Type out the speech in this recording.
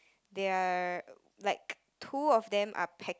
they are like two of them are peck